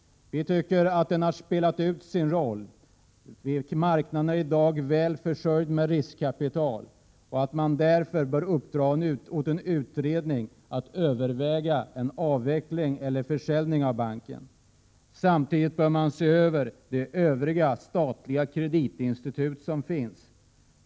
Vi tycker att den har spelat ut sin roll. Marknaden är i dag väl försörjd med riskkapital. Därför bör det uppdras åt en utredning att överväga en avveckling eller en försäljning av banken. Samtidigt bör de övriga statliga kreditinstitut som finns ses över.